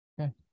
Okay